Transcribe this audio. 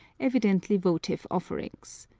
evidently votive offerings.